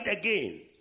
again